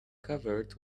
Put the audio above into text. covered